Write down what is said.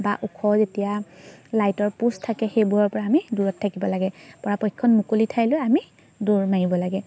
বা ওখ যেতিয়া লাইটৰ পোষ্ট থাকে সেইবোৰৰপৰা আমি দূৰত থাকিব লাগে পৰাপক্ষত মুকলি ঠাইলৈ আমি দৌৰ মাৰিব লাগে